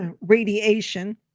radiation